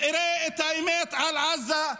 חבר הכנסת משה סעדה,